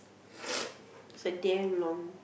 it's like damm long